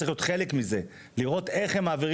לכן זה כן צריך לעניין אותם, כי א', זה